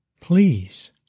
Please